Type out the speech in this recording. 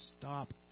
stop